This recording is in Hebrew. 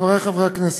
חברי חברי הכנסת,